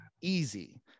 easy